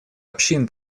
общин